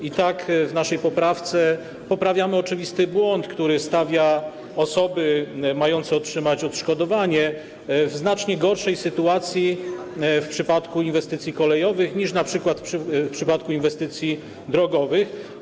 I tak w naszej poprawce poprawiamy oczywisty błąd, który stawia osoby mające otrzymać odszkodowanie w znacznie gorszej sytuacji w przypadku inwestycji kolejowych niż np. w przypadku inwestycji drogowych.